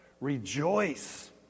Rejoice